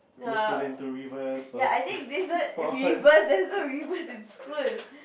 push student to rivers or ponds